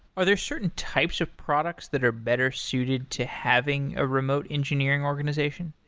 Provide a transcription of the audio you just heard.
are there certain types of products that are better suited to having a remote engineering organization?